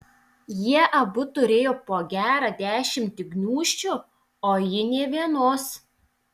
jie abu turėjo po gerą dešimtį gniūžčių o ji nė vienos